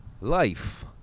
life